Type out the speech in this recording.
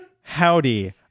howdy